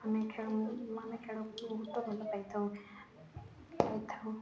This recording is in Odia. ଆମେ ଖେଳ ମାନେ ଖେଳକୁ ବହୁତ ଭଲ ପାଇଥାଉ ପାଇଥାଉ